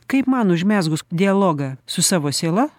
kaip man užmezgus dialogą su savo siela